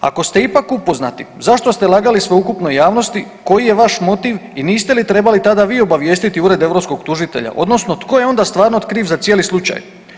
Ako ste ipak upoznati zašto ste lagali sveukupnoj javnosti, koji je vaš motiv i niste li trebali tada vi obavijestiti Ured europskog tužitelja odnosno tko je onda stvarno kriv za cijeli slučaj?